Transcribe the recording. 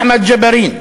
אחמד ג'בארין,